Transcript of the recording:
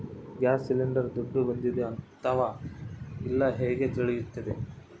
Gas cylinder ದುಡ್ಡು ಬಂದಿದೆ ಅಥವಾ ಇಲ್ಲ ಹೇಗೆ ತಿಳಿಯುತ್ತದೆ?